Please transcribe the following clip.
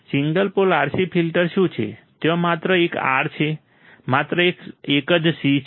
single pole RC filter શું છે ત્યાં માત્ર એક R છે માત્ર એક જ C છે